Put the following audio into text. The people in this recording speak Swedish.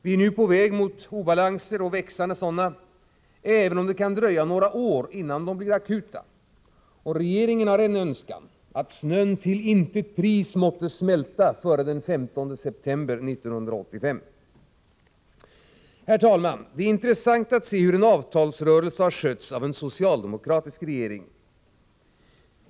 Vi är på väg mot växande obalanser, även om det kan dröja några år innan de blir akuta. Och regeringen har den önskan att snön till intet pris måtte smälta före den 15 september 1985. Herr talman! Det är intressant att se hur en avtalsrörelse har skötts av en socialdemokratisk regering.